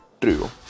true